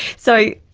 so,